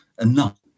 enough